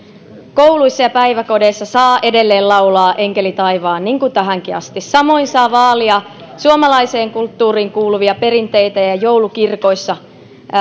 kouluissa ja päiväkodeissa saa edelleen laulaa enkeli taivaan niin kuin tähänkin asti samoin saa vaalia suomalaiseen kulttuuriin kuuluvia perinteitä ja joulukirkoissa